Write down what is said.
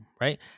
right